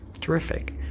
terrific